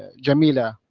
jamila,